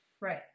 Right